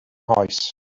nghoes